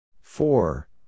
Four